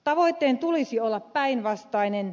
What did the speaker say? tavoitteen tulisi olla päinvastainen